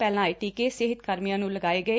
ਪਹਿਲਾਂ ਇਹ ਟੀਕੇ ਸਿਹਤ ਕਰਮੀਆਂ ਨੂੰ ਲਗਾਏ ਗਏ